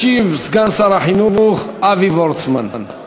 ישיב סגן שר החינוך אבי וורצמן.